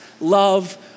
love